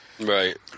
Right